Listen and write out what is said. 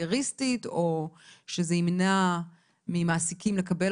הקרייריסטית או שזה ימנע ממעסיקים לקבל